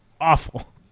Awful